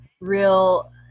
real